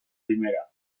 primera